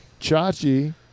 Chachi